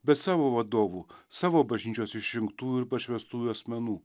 bet savo vadovų savo bažnyčios išrinktųjų ir pašvęstųjų asmenų